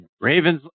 Ravens